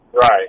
Right